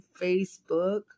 Facebook